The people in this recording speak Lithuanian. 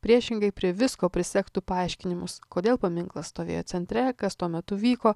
priešingai prie visko prisegtų paaiškinimus kodėl paminklas stovėjo centre kas tuo metu vyko